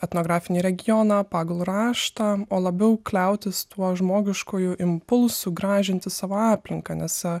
etnografinį regioną pagal raštą o labiau kliautis tuo žmogiškųju impulsu gražinti savo aplinką nes a